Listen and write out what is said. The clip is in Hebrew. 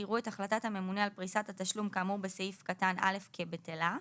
יראו את החלטת הממונה על פריסת התשלום כאמור בסעיף קטן (א) כבטלה,